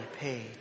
paid